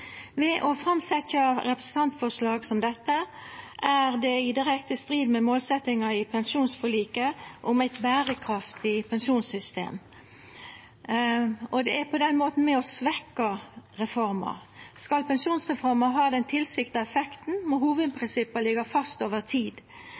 Ved å setja fram representantforslag som dette er ein i direkte strid med målsetjinga i pensjonsforliket om eit berekraftig pensjonssystem. Det er på den måten med på å svekkja reforma. Skal pensjonsreforma ha den tilsikta effekten, må